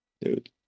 Dude